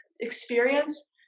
experience